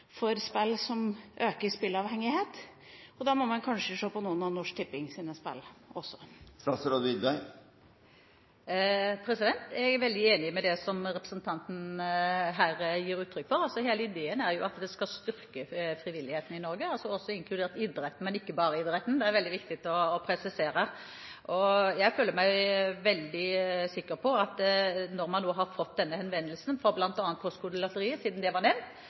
for spill som øker spilleavhengigheten, og da må man kanskje se på noen av Norsk Tippings spill også. Jeg er veldig enig i det som representanten gir uttrykk for. Hele ideen er at det skal styrke frivilligheten i Norge – altså inkludert idretten, men ikke bare idretten, det er veldig viktig å presisere. Jeg føler meg veldig sikker på at når man nå har fått denne henvendelsen fra bl.a. Postkodelotteriet, siden det var nevnt,